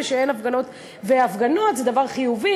ושהפגנות זה דבר חיובי.